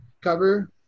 cover